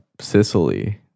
Sicily